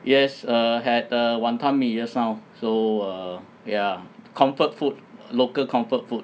yes err had err wanton mee so err ya comfort food local comfort food